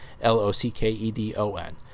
L-O-C-K-E-D-O-N